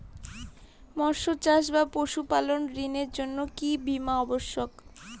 মৎস্য চাষ বা পশুপালন ঋণের জন্য কি বীমা অবশ্যক?